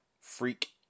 freak